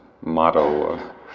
motto